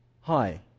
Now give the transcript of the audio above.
hi